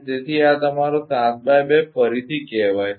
તેથી આ તમારો 7 x 2 ફરીથી કહેવાય છે